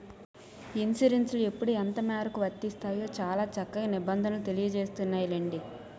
ఇన్సురెన్సులు ఎప్పుడు ఎంతమేరకు వర్తిస్తాయో చాలా చక్కగా నిబంధనలు తెలియజేస్తున్నాయిలెండి